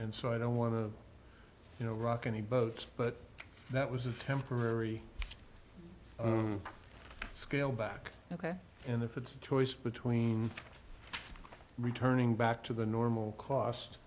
and so i don't want to you know rock any boat but that was a temporary scaled back ok and if it's a choice between returning back to the normal cost